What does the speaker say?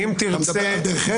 אתה מדבר על דרך ארץ?